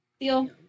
Deal